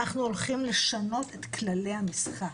אנחנו הולכים לשנות את כללי המשחק.